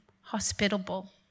hospitable